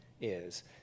is